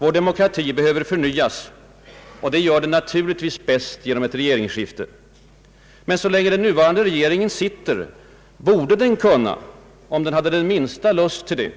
Vår demokrati behöver förnyas, och det sker naturligtvis bäst genom ett regeringsskifte. Men så länge den nuvarande regeringen sitter borde den kunna, om den hade den minsta lust till det,